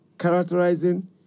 characterizing